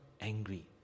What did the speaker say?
angry